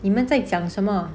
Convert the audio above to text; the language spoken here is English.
你们在讲什么